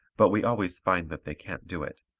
but we always find that they can't do it,